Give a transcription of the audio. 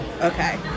Okay